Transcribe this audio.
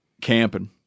camping